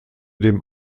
dem